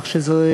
כך שזה,